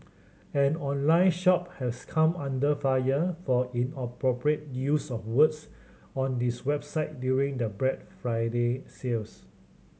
an online shop has come under fire for inappropriate use of words on this website during the Black Friday sales